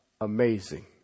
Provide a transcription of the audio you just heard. amazing